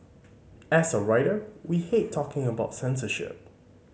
as a writer we hate talking about censorship